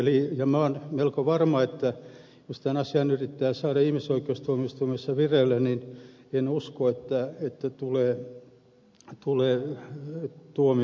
minä olen melko varma että jos tämän asian yrittää saada ihmisoikeustuomioistuimessa vireille tuomiota sieltä ei tule